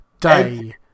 day